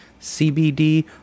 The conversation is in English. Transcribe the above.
CBD